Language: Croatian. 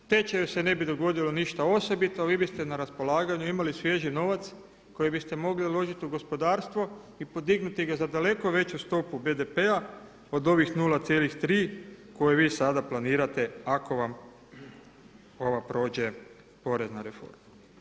Tečaju se ne bi dogodilo ništa osobito, a vi biste na raspolaganju imali svježi novac koji biste mogli uložiti u gospodarstvo i podignuti ga za daleko veću stopu BDP-a od ovih 0,3 koje vi sada planirate ako vam prođe porezna reforma.